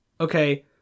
Okay